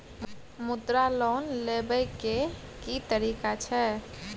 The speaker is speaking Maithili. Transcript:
मुद्रा लोन लेबै के की तरीका छै?